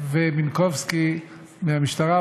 ומינקובסקי מהמשטרה,